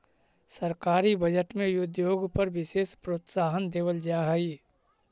सरकारी बजट में उद्योग पर विशेष प्रोत्साहन देवल जा हई